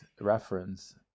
reference